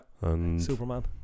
Superman